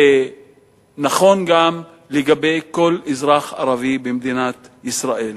ונכון גם לגבי כל אזרח ערבי במדינת ישראל.